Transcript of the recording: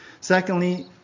Secondly